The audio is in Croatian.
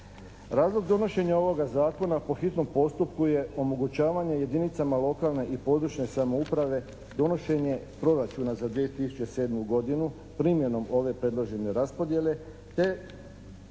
Razlog donošenja ovog Zakona po hitnom postupku je omogućavanje jedinicama lokalne i područne samouprave donošenje Proračuna za 2007. godinu primjenom ove predložene raspodjele te